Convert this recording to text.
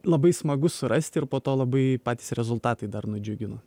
labai smagu surasti ir po to labai patys rezultatai dar nudžiugino